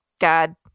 God